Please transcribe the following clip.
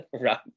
Right